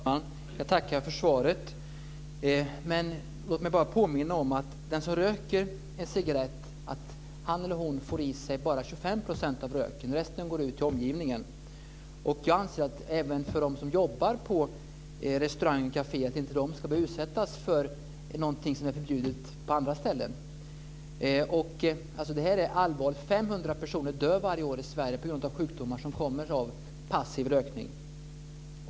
Fru talman! Jag tackar för svaret. Låt mig bara påminna om att den som röker en cigarett bara får i sig 25 % av röken. Resten går ut till omgivningen. Jag anser att de som jobbar på restauranger och kaféer inte ska behöva utsättas för någonting som är förbjudet på andra ställen. Det här är allvarligt. 500 personer dör varje år i Sverige på grund av sjukdomar som kommer av passiv rökning.